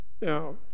Now